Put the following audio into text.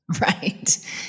Right